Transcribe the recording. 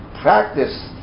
practice